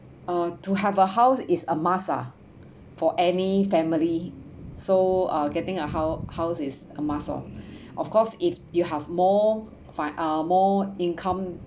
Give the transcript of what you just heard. uh to have a house is a must ah for any family so uh getting a hou~ house is a must lor of course if you have more fin~ uh more income